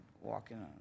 walking